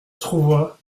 trouva